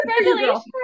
Congratulations